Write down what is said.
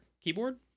keyboard